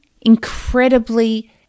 incredibly